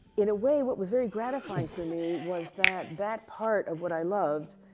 in a way, what was very gratifying for me was that that part of what i loved,